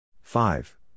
Five